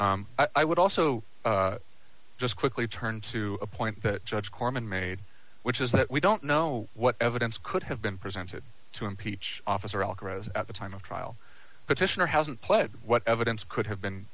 area i would also just quickly turn to a point that judge korman made which is that we don't know what evidence could have been presented to impeach officer alcatraz at the time of trial petitioner hasn't pled what evidence could have been